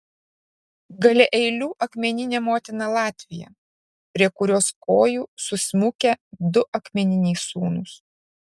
gale eilių akmeninė motina latvija prie kurios kojų susmukę du akmeniniai sūnūs